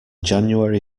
january